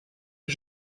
que